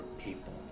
people